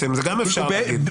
זה גם אפשר להגיד.